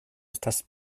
estas